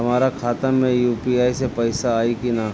हमारा खाता मे यू.पी.आई से पईसा आई कि ना?